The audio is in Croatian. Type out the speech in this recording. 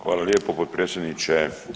Hvala lijepo potpredsjedniče.